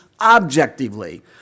objectively